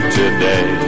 today